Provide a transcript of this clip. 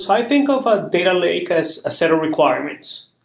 i think of a data lake as a set of requirements.